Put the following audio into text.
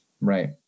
right